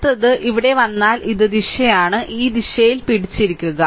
അടുത്തത് ഇവിടെ വന്നാൽ ഇത് ദിശയാണ് ഈ ദിശയിൽ പിടിച്ചിരിക്കുക